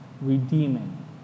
redeeming